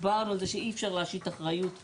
זה לא גוף שיש מקום להתייעץ איתו.